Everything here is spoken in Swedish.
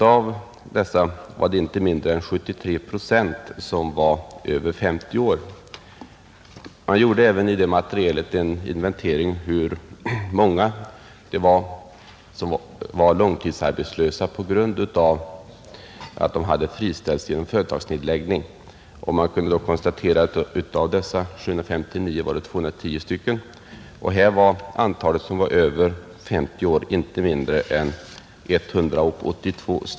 Av dessa var inte mindre än 73 procent över 50 år. Man gjorde även en inventering av hur många som var långtidsarbetslösa på grund av att de hade friställts genom företagsnedläggning; det var 210 av dessa 759, och antalet personer över 50 år var inte mindre än 182.